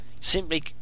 Simply